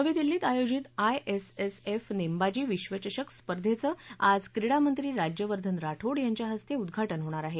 नवी दिल्लीत आयोजित आयएसएसएफ नेमबाजी विश्वचषक स्पर्धेचं आज क्रीडामंत्री राज्यवर्धन राठोड यांच्या हस्ते उद्वाटन होणार आहे